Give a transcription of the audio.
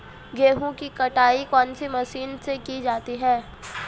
गेहूँ की कटाई कौनसी मशीन से की जाती है?